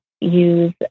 use